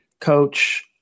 coach